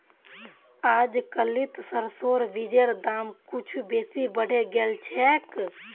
अजकालित सरसोर बीजेर दाम कुछू बेसी बढ़े गेल छेक